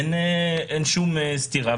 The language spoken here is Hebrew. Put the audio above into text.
אין שום סתירה.